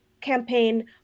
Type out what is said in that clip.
campaign